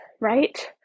right